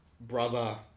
brother